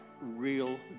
real